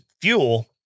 fuel